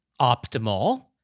optimal